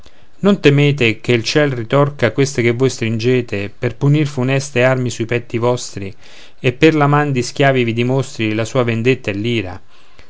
non temete che il ciel ritorca queste che voi stringete per punir funeste armi sui petti vostri e per la man di schiavi vi dimostri la sua vendetta e l'ira